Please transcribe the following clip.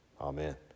Amen